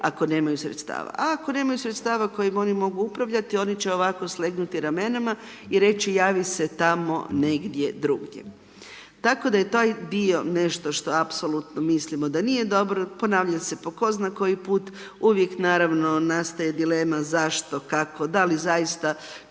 ako nemaju sredstava, a ako nemaju sredstava kojima oni mogu upravljati oni će ovako slegnuti ramenima i reći, javi se tamo negdje drugdje. Tako da je taj dio nešto što apsolutno mislimo da nije dobro, ponavlja se po tko zna koji put, uvijek naravno nastaje dilema, zašto, kako, da li zaista